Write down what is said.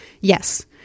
yes